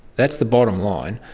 that's the bottom line.